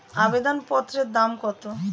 আবেদন পত্রের দাম কত?